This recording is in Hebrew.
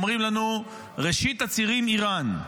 אומרים לנו: ראשית הצירים, איראן.